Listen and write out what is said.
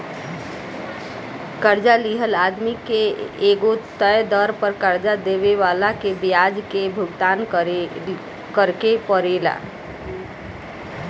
कर्जा लिहल आदमी के एगो तय दर पर कर्जा देवे वाला के ब्याज के भुगतान करेके परेला